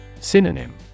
Synonym